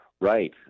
Right